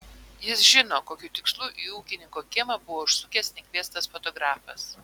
jis žino kokiu tikslu į ūkininko kiemą buvo užsukęs nekviestas fotografas